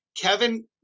Kevin